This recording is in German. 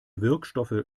wirkstoffe